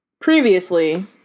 Previously